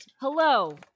Hello